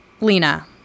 Lena